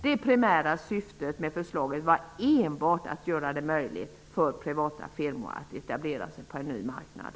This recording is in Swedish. Det primära syftet med förslaget var enbart att göra det möjligt för privata firmor att etablera sig på en ny marknad.